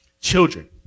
Children